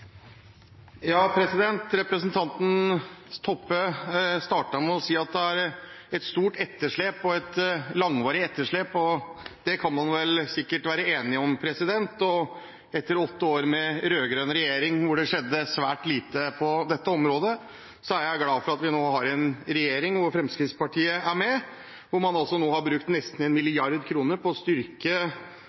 er et stort etterslep og et langvarig etterslep, og det kan man sikkert være enige om. Etter åtte år med rød-grønn regjering hvor det skjedde svært lite på dette området, er jeg glad for at vi nå har en regjering hvor Fremskrittspartiet er med, hvor man nå har brukt nesten en milliard kroner på å styrke